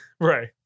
right